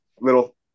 little